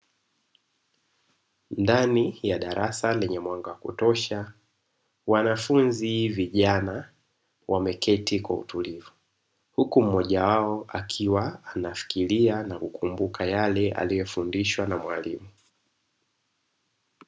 Ndani ya darasa lenye mwanga wa kutosha wanafunzi vijana wameketi kwa utulivu, huku mmoja wao akiwa anafikiria na kukumbuka yale aliofundishwa na mwalimu.